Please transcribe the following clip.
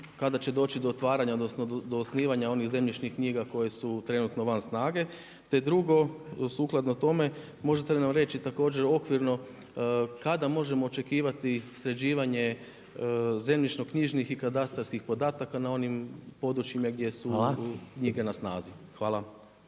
kada će doći do otvaranja odnosno do osnivanja onih zemljišnih knjiga koje su trenutno van snage. Te drugo, sukladno tome, možete li nam reći također okvirno kada možemo očekivati sređivanje zemljišno-knjižnih i katastarskih podataka na onim područjima gdje su knjige na snazi. Hvala.